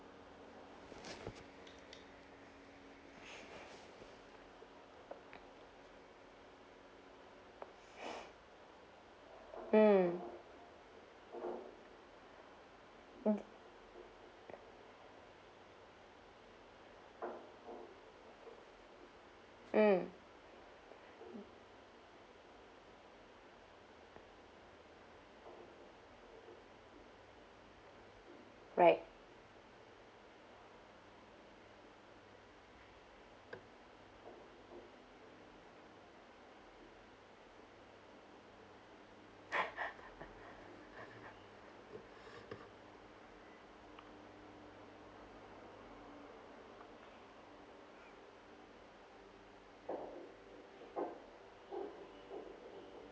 mm mm right